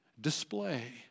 display